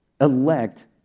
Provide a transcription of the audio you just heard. elect